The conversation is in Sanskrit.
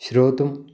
श्रोतुम्